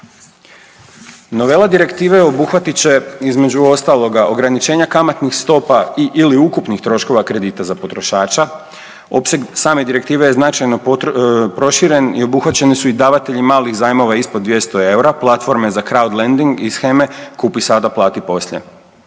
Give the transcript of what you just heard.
direktive obuhvatit će, između ostaloga, ograničenja kamatnih stopa i/ili ukupnih troškova kredita za potrošača, opseg same direktive je značajno proširen i obuhvaćene su i davatelji malih zajmova ispod 200 eura platforme …/Govornik se ne razumije/…iz sheme „kupi sada plati poslije“.